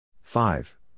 Five